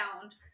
found